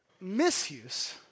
Misuse